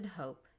hope